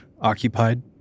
occupied